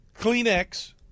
Kleenex